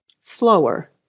slower